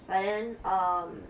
but then um